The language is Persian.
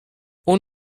اون